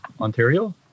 ontario